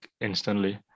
instantly